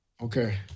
Okay